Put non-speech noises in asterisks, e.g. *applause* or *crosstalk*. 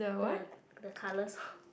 the the colors *breath*